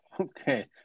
Okay